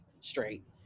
straight